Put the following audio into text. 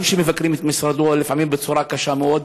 גם אלה שמבקרים את משרדו לפעמים בצורה קשה מאוד.